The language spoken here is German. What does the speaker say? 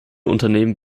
unternehmen